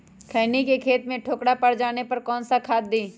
खैनी के खेत में ठोकरा पर जाने पर कौन सा खाद दी?